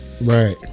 right